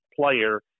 player